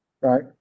right